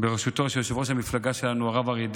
בראשותו של יושב-ראש המפלגה שלנו, הרב אריה דרעי,